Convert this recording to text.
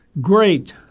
great